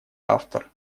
автор